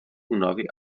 únavy